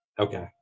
Okay